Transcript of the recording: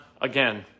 again